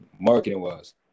marketing-wise